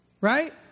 Right